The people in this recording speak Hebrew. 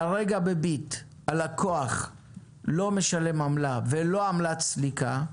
כרגע ב"ביט" הלקוח לא משלם עמלה ולא עמלת סליקה.